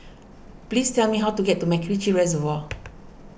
please tell me how to get to MacRitchie Reservoir